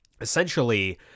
essentially